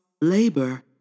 labor